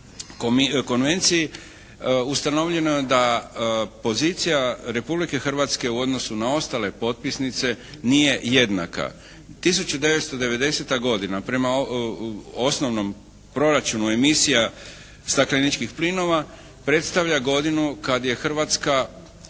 konvenciji ustanovljeno je da pozicija Republike Hrvatske u odnosu na ostale potpisnice nije jednaka. 1990. godina prema osnovnom proračunu emisija stakleničkih plinova predstavlja godinu kad je Hrvatska